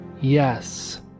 yes